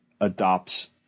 adopts